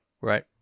Right